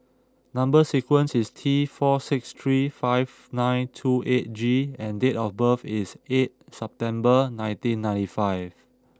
number sequence is T four six three five nine two eight G and date of birth is eight September nineteen ninety five